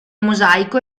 mosaico